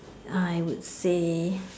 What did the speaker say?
I would say